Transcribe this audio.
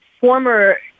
former